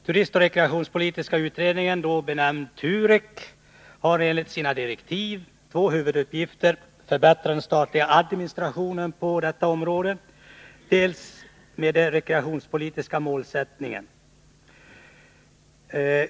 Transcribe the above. Turistoch rekreationspolitiska utredningen, TUREK, har enligt sina direktiv två huvuduppgifter: förbättra den statliga administrationen på detta område och ge underlag för fastställandet av de rekreationspolitiska målsättningarna.